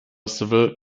civil